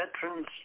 Veterans